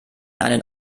einen